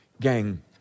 Gang